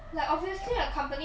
没有妹妹你要想